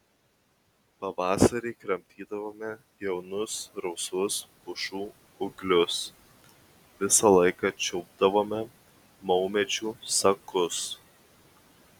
pavasarį kramtydavome jaunus rausvus pušų ūglius visą laiką čiulpdavome maumedžių sakus